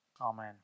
Amen